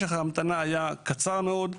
משך ההמתנה היה קצר מאוד.